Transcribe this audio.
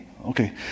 Okay